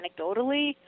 anecdotally